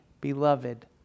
beloved